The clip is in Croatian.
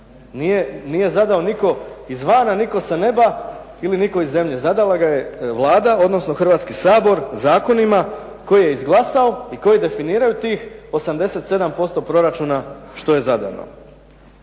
Nije zadao nitko izvana, nitko sa neba ili nitko iz zemlje. Zadala ga je Vlada odnosno Hrvatski sabor zakonima koje je izglasao i koji definiraju tih 87% proračuna što je zadano.